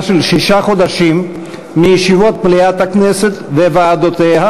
של שישה חודשים מישיבות מליאת הכנסת וועדותיה,